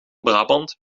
brabant